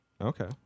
okay